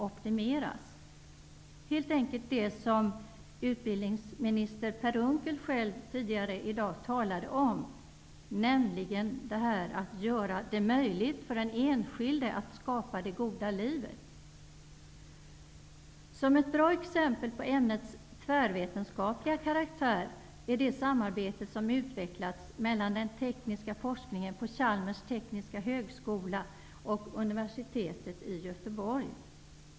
Det är helt enkelt det som utbildningsminister Per Unckel talade om tidigare i dag, nämligen att göra det möjligt för den enskilde att skapa det goda livet. Som ett bra exempel på ämnets tvärvetenskapliga karaktär kan nämnas det samarbete som utvecklats mellan den tekniska forskningen på Chalmers tekniska högskola och universitetet i Göteborg.